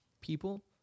people